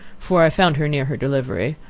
for i found her near her delivery,